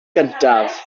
gyntaf